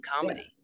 comedy